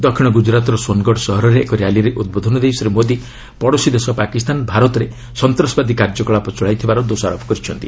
ଦକ୍ଷିଣ ଗୁଜରାତ୍ର ସୋନ୍ଗଡ଼ ସହରରେ ଏକ ର୍ୟାଲିରେ ଉଦ୍ବୋଧନ ଦେଇ ଶ୍ରୀ ମୋଦି ପଡ଼ୋଶୀ ଦେଶ ପାକିସ୍ତାନ ଭାରତରେ ସନ୍ତାସବାଦୀ କାର୍ଯ୍ୟକଳାପ ଚଳାଇଥିବାର ଦୋଷାରୋପ କରିଛନ୍ତି